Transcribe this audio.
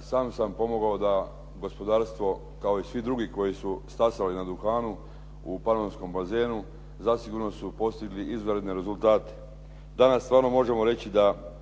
sam sam pomogao da gospodarstvo kao i svi drugi koji su stasali na duhanu u Panonskom bazenu zasigurno su postigli izuzetne rezultate. Danas stvarno možemo reći da